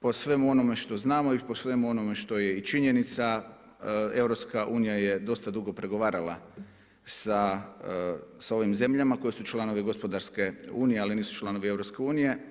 Po svemu onome što znamo i po svemu onome što je i činjenica EU je dosta dugo pregovarala sa ovim zemljama koji su članovi gospodarske unije ali nisu članovi EU.